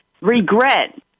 Regret